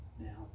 Now